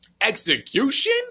Execution